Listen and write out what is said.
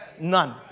None